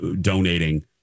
donating